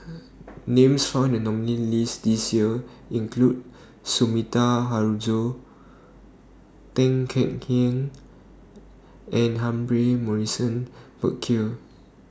Names found in The nominees' list This Year include Sumida Haruzo Tan Kek Hiang and Humphrey Morrison Burkill